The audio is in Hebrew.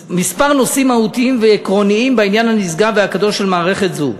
מספר נושאים מהותיים ועקרוניים בעניין הנשגב והקדוש של מערכת זו."